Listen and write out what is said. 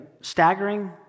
staggering